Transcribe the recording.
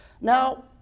Now